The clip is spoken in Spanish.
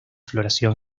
floración